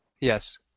Yes